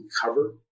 cover